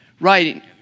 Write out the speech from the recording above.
writing